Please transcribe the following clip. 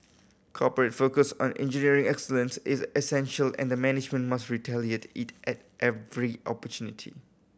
corporate focus on engineering excellence is essential and the management must reiterate it at every opportunity